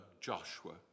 Joshua